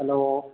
hello